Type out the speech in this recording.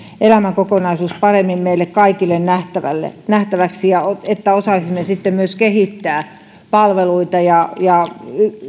elämänkokonaisuus paremmin meille kaikille nähtäväksi niin että osaisimme sitten myös kehittää palveluita ja ja